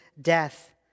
death